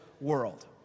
world